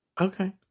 Okay